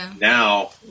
now